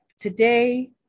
Today